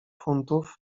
funtów